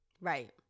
Right